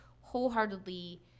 wholeheartedly